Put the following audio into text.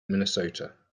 minnesota